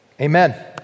Amen